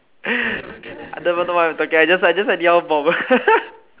I don't even know what I'm talking I just anyhow bomb